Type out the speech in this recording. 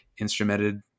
instrumented